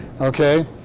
Okay